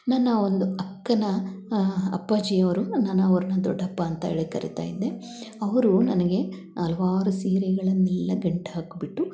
ನನ್ನ ಒಂದು ಅಕ್ಕನ ಅಪ್ಪಾಜಿ ಅವರು ನನ್ನ ಅವ್ರನ್ನ ದೊಡ್ಡಪ್ಪ ಅಂತ ಹೇಳಿ ಕರಿತ ಇದ್ದೆ ಅವರು ನನಗೆ ಹಲ್ವಾರು ಸೀರೆಗಳನ್ನೆಲ್ಲ ಗಂಟು ಹಾಕಿಬಿಟ್ಟು